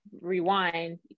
rewind